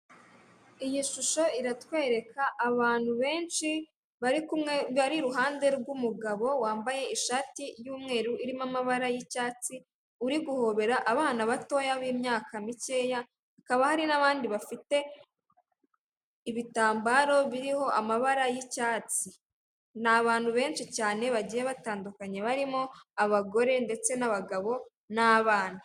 Iyi shusho iratwereka abantu benshi bari kumwe bari iruhande rw'umugabo wambaye ishati y'umweru irimo amabara y'icyatsi, uri guhobera abana batoya b'imyaka mikeya, hakaba hari n'abandi bafite ibitambaro biriho amabara y'icyatsi, ni abantu benshi cyane bagiye batandukanye barimo abagore ndetse n'abagabo n'abana.